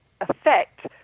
affect